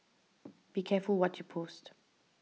be careful what you post